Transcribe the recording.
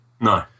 No